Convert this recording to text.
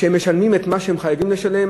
שהם משלמים את מה שהם חייבים לשלם.